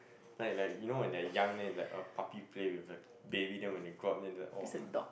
then it's like you know when they are young then it's like a puppy play with the baby then when they grow up then it's like orh